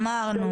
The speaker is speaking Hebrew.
אמרנו.